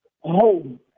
home